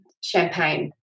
champagne